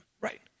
Right